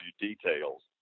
details